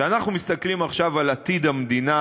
כשאנחנו מסתכלים עכשיו על עתיד המדינה,